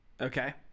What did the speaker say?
Okay